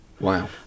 Wow